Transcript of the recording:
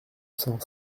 cent